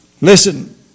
Listen